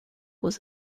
was